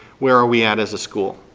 where are we at as a school?